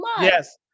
yes